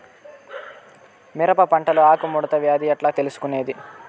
మిరప పంటలో ఆకు ముడత వ్యాధి ఎట్లా తెలుసుకొనేది?